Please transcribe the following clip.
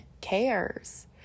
cares